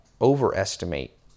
overestimate